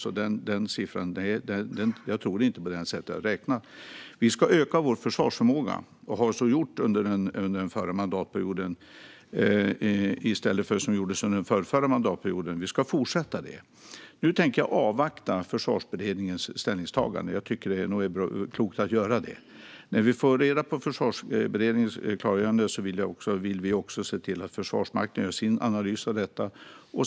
Jag tror alltså inte på detta sätt att räkna. Vi ska öka vår försvarsförmåga och har så gjort under den förra mandatperioden, till skillnad mot vad som gjordes under den förrförra. Vi ska fortsätta att göra detta. Nu tänker jag avvakta Försvarsberedningens ställningstagande; jag tycker att det är klokt att göra det. När vi får reda på Försvarsberedningens klargörande vill vi också se till att Försvarsmakten gör sin analys av det hela.